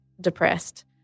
depressed